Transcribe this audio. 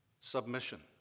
submission